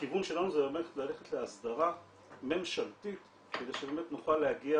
הכיוון שלנו זה באמת ללכת להסדרה ממשלתית כדי שבאמת נוכל להגיע